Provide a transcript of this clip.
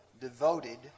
Devoted